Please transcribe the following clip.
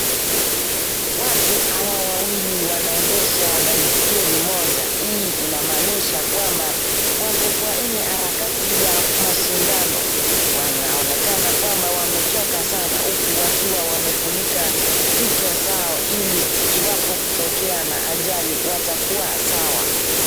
Watu hawa wawili wanaendesha baiskeli moja. Hii inamaanisha kwamba wako kwa ile harakati ya mashindano. Wanaonekana kwamba wamechoka sana huku wakiwa wamefunika vichwa zao ili iwapo kutokea na ajali watakuwa sawa.